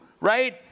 Right